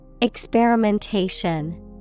Experimentation